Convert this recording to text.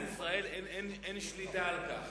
ולמדינת ישראל אין שליטה על כך,